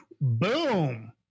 boom